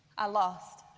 i lost.